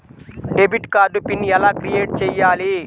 Debit card PIN ఎలా create చెయ్యాలి?